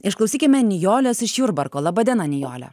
išklausykime nijolės iš jurbarko laba diena nijole